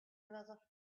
another